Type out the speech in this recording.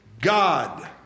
God